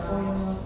ah